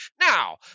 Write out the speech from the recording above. Now